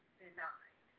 denied